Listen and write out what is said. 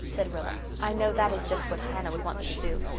said rilla. i know that is just what hannah would want me to do.